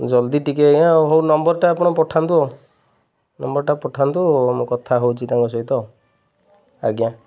ଜଲ୍ଦି ଟିକେ ଆଜ୍ଞା ହଉ ହଉ ନମ୍ବରଟା ଆପଣ ପଠାନ୍ତୁ ଆଉ ନମ୍ବରଟା ପଠାନ୍ତୁ ମୁଁ କଥା ହଉଚି ତାଙ୍କ ସହିତ ଆଜ୍ଞା